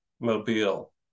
Mobile